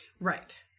Right